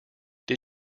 did